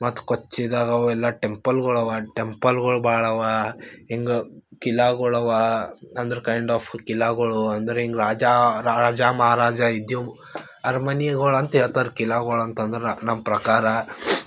ಮತ್ತು ಕೊಚ್ಚಿದಾಗ ಅವೆಲ್ಲ ಟೆಂಪಲ್ಗಳವ ಟೆಂಪಲ್ಗಳು ಭಾಳ ಅವ ಹಿಂಗೆ ಕಿಲಾಗಳವ ಅಂದ್ರೆ ಕೈಂಡ್ ಆಫ್ ಕಿಲಾಗಳು ಅಂದರೆ ಹಿಂಗ್ ರಾಜ ರಾಜ ಮಹಾರಾಜ ಇದ್ದಿದ್ ಅರ್ಮನೀಗುಳಂತ ಹೇಳ್ತಾರ್ ಕಿಲಾಗುಳಂತಂದ್ರೆ ನನ್ನ ಪ್ರಕಾರ